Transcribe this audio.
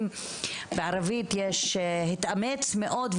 בערבית יש פתגם: התאמץ מאוד,